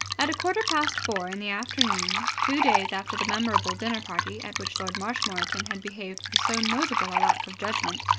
at a quarter past four in the afternoon, two days after the memorable dinner-party at which lord marshmoreton had behaved with so notable a lack of judgment,